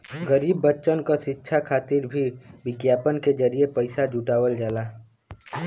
गरीब बच्चन क शिक्षा खातिर भी विज्ञापन के जरिये भी पइसा जुटावल जाला